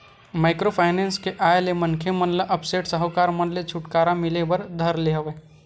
micro finance के आय ले मनखे मन ल अब सेठ साहूकार मन ले छूटकारा मिले बर धर ले हवय